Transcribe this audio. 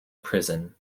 prison